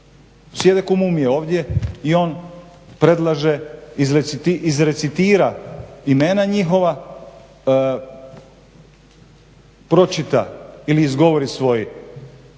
Sjede ko mumije ovdje i on predlaže, izrecitira imena njihova, pročita ili izgovori svoj